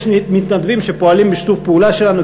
יש מתנדבים שפועלים בשיתוף פעולה שלנו,